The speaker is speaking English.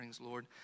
lord